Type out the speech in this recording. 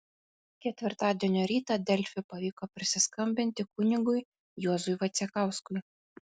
ketvirtadienio rytą delfi pavyko prisiskambinti kunigui juozui vaicekauskui